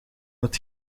het